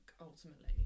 ultimately